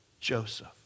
Joseph